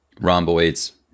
rhomboids